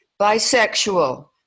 bisexual